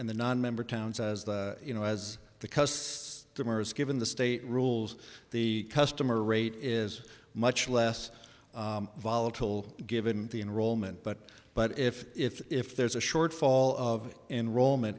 and the nonmember towns as you know as the customers given the state rules the customer rate is much less volatile given the enrollment but but if if if there's a shortfall of enrollment